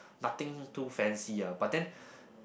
nothing too fancy ah but then